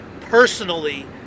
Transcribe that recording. personally